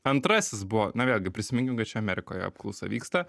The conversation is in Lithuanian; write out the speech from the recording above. antrasis buvo na vėlgi prisiminkim kad čia amerikoje apklausa vyksta